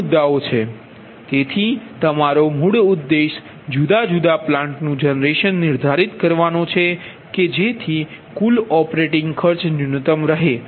ઘણા મુદ્દાઓ છે તેથી તમારો મૂળ ઉદ્દેશ જુદા જુદા પલાન્ટ નુ જનરેશન નિર્ધારિત કરવાનો છે કે જેથી કુલ ઓપરેટિંગ ખર્ચ ન્યૂનતમ રહે